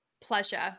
pleasure